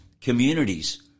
communities